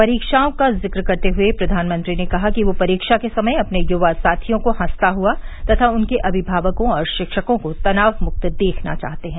परीक्षाओं का जिक्र करते हुए प्रधानमंत्री ने कहा कि वे परीक्षा के समय अपने यूवा साथियों को हंसता हुआ तथा उनके अभिभावकों और शिक्षकों को तनावमुक्त देखना चाहते हैं